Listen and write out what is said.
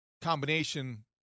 combination